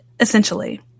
Essentially